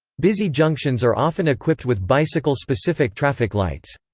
busy junctions are often equipped with bicycle-specific traffic lights.